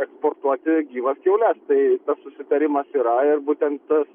eksportuoti gyvas kiaules tai susitarimas yra ir būtent tas